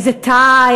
איזה תא,